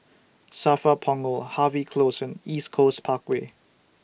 SAFRA Punggol Harvey Close and East Coast Parkway